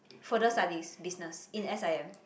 further studies business in S_I_M